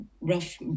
rough